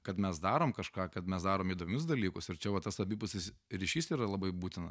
kad mes darom kažką kad mes darom įdomius dalykus ir čia va tas abipusis ryšys yra labai būtina